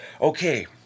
okay